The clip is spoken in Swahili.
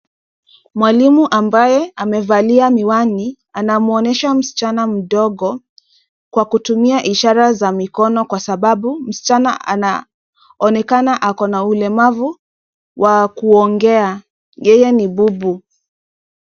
Mwalimu ambaye amevalia miwani anamuonesha msichana mdogo kwa kutumia ishara za mikono kwa sababu msichana anaonekana ako na ulemavu wa kuongea, yeye ni bubu.